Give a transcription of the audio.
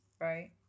right